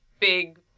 big